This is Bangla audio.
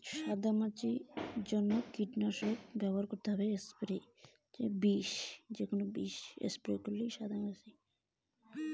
সাদা মাছি নিবারণ এ কোন কীটনাশক ব্যবহার করব?